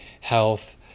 health